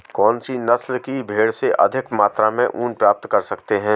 कौनसी नस्ल की भेड़ से अधिक मात्रा में ऊन प्राप्त कर सकते हैं?